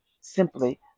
simply